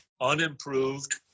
unimproved